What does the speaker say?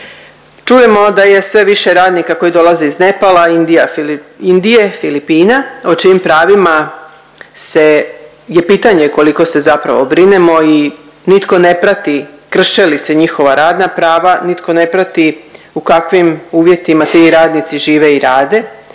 Čujemo da je sve više radnika koji dolaze iz Nepala, Indije, Filipina o čijim pravima se je pitanje koliko se zapravo brinemo i nitko ne prati krše li se njihova radna prava, nitko ne prati u kakvim uvjetima ti radnici žive i rade,